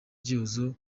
gihozo